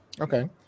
okay